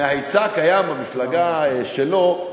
מההיצע הקיים במפלגה שלו,